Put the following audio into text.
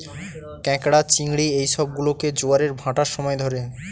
ক্যাঁকড়া, চিংড়ি এই সব গুলোকে জোয়ারের ভাঁটার সময় ধরে